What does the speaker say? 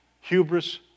hubris